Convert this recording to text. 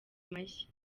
mashya